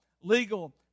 legal